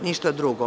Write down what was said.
Ništa drugo.